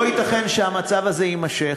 לא ייתכן שהמצב הזה יימשך.